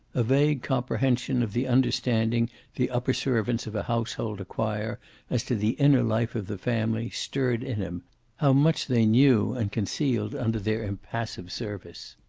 a vague comprehension of the understanding the upper servants of a household acquire as to the inner life of the family stirred in him how much they knew and concealed under their impassive service.